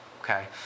Okay